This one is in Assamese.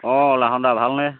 অঁ লাহনদা ভালনে